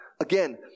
Again